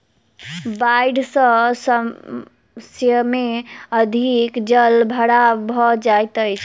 बाइढ़ सॅ शस्य में अधिक जल भराव भ जाइत अछि